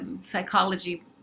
psychology